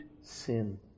sin